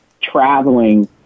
traveling